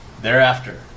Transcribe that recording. Thereafter